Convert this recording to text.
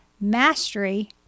Mastery